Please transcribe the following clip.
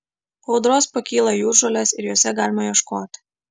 po audros pakyla jūržolės ir jose galima ieškoti